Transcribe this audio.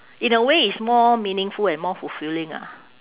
in a way it's more meaningful and more fulfilling ah